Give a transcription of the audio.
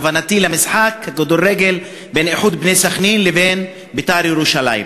כוונתי למשחק הכדורגל בין "איחוד בני סח'נין" לבין "בית"ר ירושלים".